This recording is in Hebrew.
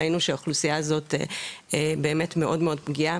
ראינו שהאוכלוסייה הזאת מאוד מאוד פגיעה.